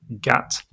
gat